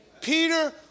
Peter